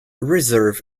reserve